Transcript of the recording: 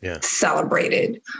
celebrated